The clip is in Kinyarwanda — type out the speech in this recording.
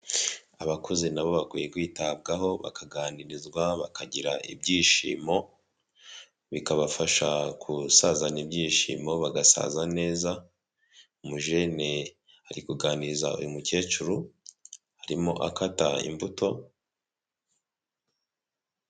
Abakuze na bo bakwiye kwitabwaho, bakaganirizwa, bakagira ibyishimo, bikabafasha gusazana ibyishimo, bagasaza neza, umujene ari kuganiriza uyu mukecuru, arimo akata imbuto